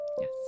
Yes